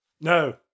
no